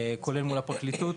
כולל מול הפרקליטות